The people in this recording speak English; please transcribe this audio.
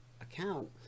account